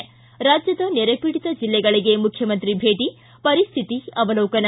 ಿ ರಾಜ್ಯದ ನೆರೆಪೀಡಿತ ಜಿಲ್ಲೆಗಳಿಗೆ ಮುಖ್ಯಮಂತ್ರಿ ಭೇಟಿ ಪರಿಸ್ತಿತಿ ಅವಲೋಕನ